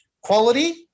quality